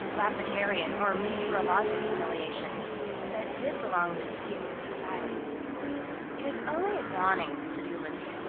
lapidarian, or meteorological affiliations but did belong to a secret society it is only a dawning credulity.